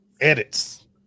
edits